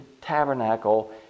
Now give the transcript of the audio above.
tabernacle